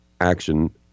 action